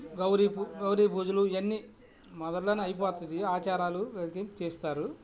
గౌరీ గౌరీ పూజలు ఇవన్నీ మొదట్లోనే అయిపోతుంది ఆచారాలు చేస్తారు